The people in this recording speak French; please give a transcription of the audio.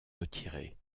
retirés